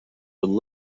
would